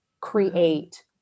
create